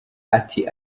ati